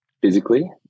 Physically